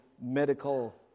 medical